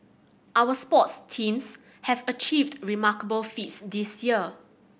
our sports teams have achieved remarkable feats this year